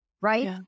right